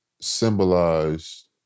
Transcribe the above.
symbolize